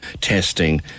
testing